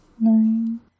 Nine